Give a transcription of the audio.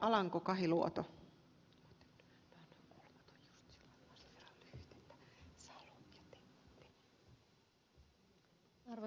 arvoisa rouva puhemies